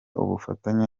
ubufatanye